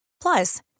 Plus